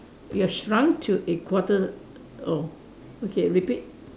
ya shrunk to a quarter oh okay repeat